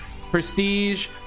prestige